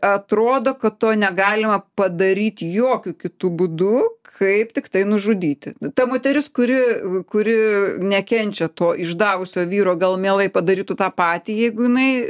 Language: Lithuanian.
atrodo kad to negalima padaryt jokiu kitu būdu kaip tiktai nužudyti ta moteris kuri kuri nekenčia to išdavusio vyro gal mielai padarytų tą patį jeigu jinai